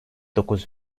dokuz